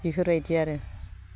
बेफोरबायदि आरो